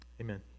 Amen